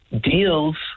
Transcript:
deals